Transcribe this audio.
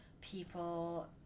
people